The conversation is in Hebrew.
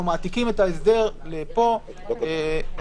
אנחנו מעתיקים את ההסדר אותו דבר.